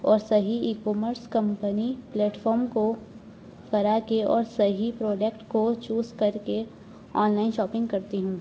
اور صحیح e commerce company platform کو کرا کے اور صحیح پروڈکٹ کو چوز کر کے آن لائن شاپنگ کرتی ہوں